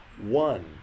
One